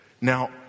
Now